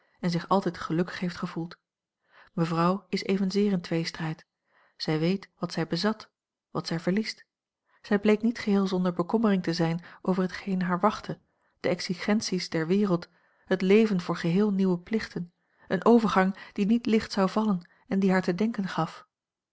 en zich altijd gelukkig heeft gevoeld mevrouw is evenzeer in tweestrijd zij weet wat zij bezat wat zij verliest zij bleek niet geheel zonder bekommering te zijn over hetgeen haar wachtte de exigenties der wereld het leven voor geheel nieuwe plichten een overgang die niet licht zou vallen en die haar te denken gaf